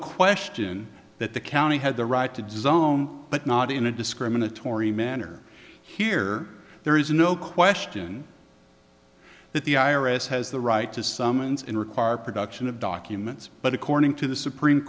question that the county had the right to design but not in a discriminatory manner here there is no question that the i r s has the right to summons and require production of documents but according to the supreme